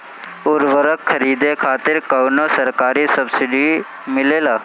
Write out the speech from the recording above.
उर्वरक खरीदे खातिर कउनो सरकारी सब्सीडी मिलेल?